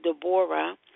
Deborah